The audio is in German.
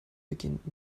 beginnt